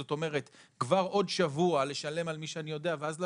זאת אומרת כבר עוד שבוע לשלם על מי שאני יודע ואז להשלים,